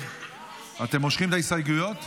אתם מושכים את ההסתייגויות?